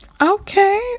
okay